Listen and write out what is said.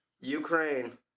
Ukraine